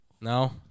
No